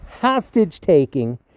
hostage-taking